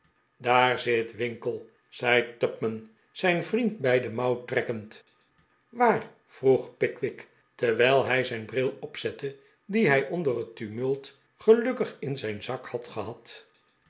daar zit winkle zei tupman zijn vriend bij de raouw trekkend waar vroeg pickwick terwijl hij zijn bril opzette dien hij ohder net tumult gelukkig in zijn zak had gehad